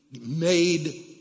made